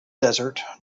desert